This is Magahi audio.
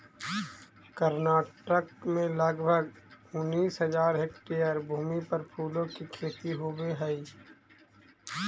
कर्नाटक में लगभग उनीस हज़ार हेक्टेयर भूमि पर फूलों की खेती होवे हई